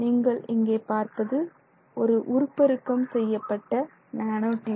நீங்கள் இங்கே பார்ப்பது ஒரு உருப்பெருக்கம் செய்யப்பட்ட நேனோ டியூப்